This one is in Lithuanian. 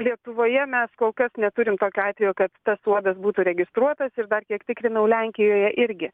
lietuvoje mes kol kas neturim tokio atvejo kad uodas būtų registruotas ir dar kiek tikrinau lenkijoje irgi